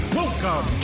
welcome